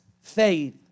faith